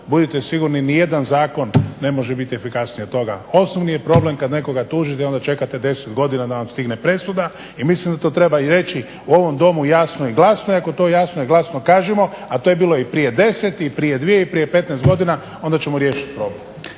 Budite sigurni ni jedan zakon ne može biti efikasniji od toga. Osnovni je problem kad nekoga tužite onda čekate 10 godina da vam stigne presuda. I mislim da to treba i reći u ovom Domu jasno i glasno. I ako to jasno i glasno kažemo, a to je bilo i prije 10 i prije 2 i prije 15 godina onda ćemo riješiti problem.